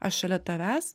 aš šalia tavęs